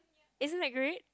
isn't that great